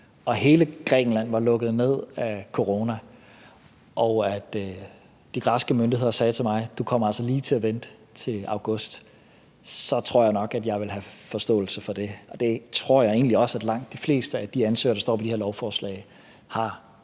og hele Grækenland var lukket ned på grund af corona, og at de græske myndigheder sagde til mig, at jeg altså lige kom til at vente til august, så tror jeg nok, at jeg ville have forståelse for det. Og det tror jeg egentlig også at langt de fleste af de ansøgere, der står på de her lovforslag, har.